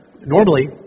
Normally